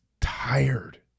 tired